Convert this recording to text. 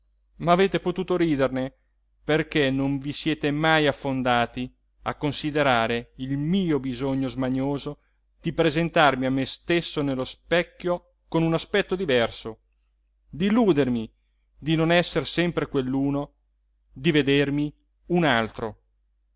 ma avete potuto riderne perché non vi siete mai affondati a considerare il mio bisogno smanioso di presentarmi a me stesso nello specchio con un aspetto diverso di illudermi di non esser sempre quell'uno di vedermi un altro